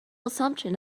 assumption